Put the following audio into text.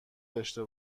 داشته